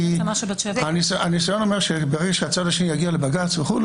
כי הניסיון אומר שברגע שהצד השני יגיע לבג"ץ וכו',